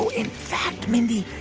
in fact, mindy,